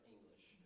English